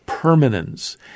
permanence